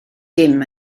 dim